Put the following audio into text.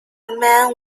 man